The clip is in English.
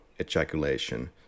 ejaculation